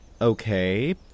Okay